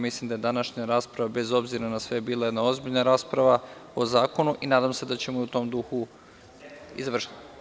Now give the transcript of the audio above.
Mislim da je današnja rasprava, bez obzira na sve, bila jedna ozbiljna rasprava o zakonu i nadam se da ćemo u tom duhu i završiti.